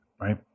Right